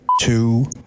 two